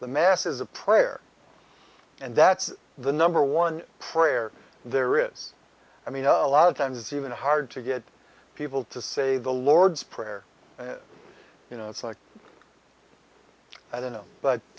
the mass is a prayer and that's the number one prayer there is i mean a lot of times it's even hard to get people to say the lord's prayer you know it's like i don't know